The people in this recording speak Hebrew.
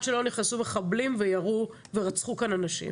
שלא נכנסו מחבלים וירו ורצחו כאן אנשים.